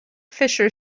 fischer